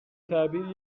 تعبیری